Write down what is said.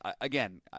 again